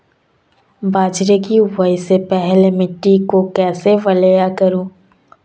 बाजरे की बुआई से पहले मिट्टी को कैसे पलेवा करूं?